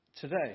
today